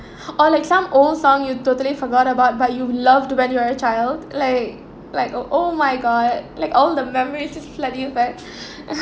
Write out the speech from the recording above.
or like some old song you totally forgot about but you loved when you're a child like like oh oh my god like all the memories just flood to you back